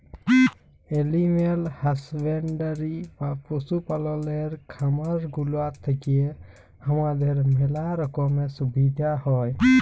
animal husbandry বা পশু পাললের খামার গুলা থেক্যে হামাদের ম্যালা রকমের সুবিধা হ্যয়